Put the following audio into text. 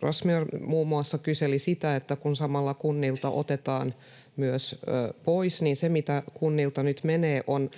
Razmyar muun muassa kyseli sitä, että kun samalla kunnilta myös otetaan pois, niin se, mitä kunnilta nyt menee, on